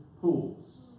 pools